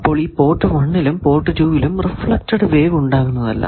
അപ്പോൾ ഈ പോർട്ട് 1 ലും പോർട്ട് 2 ലും റിഫ്ലെക്ടഡ് വേവ് ഉണ്ടാകുന്നതല്ല